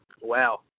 wow